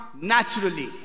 naturally